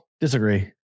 disagree